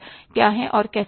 वो कैसे